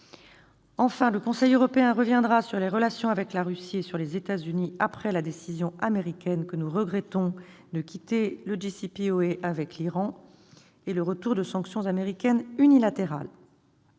Enfin, le Conseil européen reviendra sur les relations avec la Russie et sur les États-Unis après la décision américaine, que nous regrettons, de quitter leJCPOA,, avec l'Iran et le retour de sanctions américaines unilatérales.